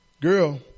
girl